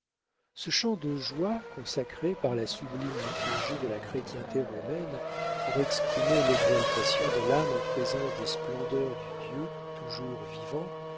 ce chant de joie consacré par la sublime liturgie de la chrétienté romaine pour exprimer l'exaltation de l'âme en présence des splendeurs du dieu toujours vivant